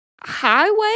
highway